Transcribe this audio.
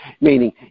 meaning